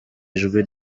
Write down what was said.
ijwi